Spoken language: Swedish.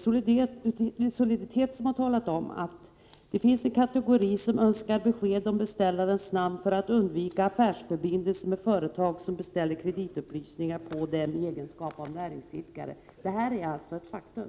Soliditet AB har talat om att det finns en kategori som ”önskar besked om beställarens namn för att undvika affärsförbindelser med företag som beställer kreditupplysningar på dem i egenskap av näringsidkare”. Detta är alltså ett faktum.